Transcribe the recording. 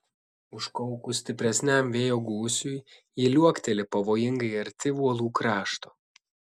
užkaukus stipresniam vėjo gūsiui ji liuokteli pavojingai arti uolų krašto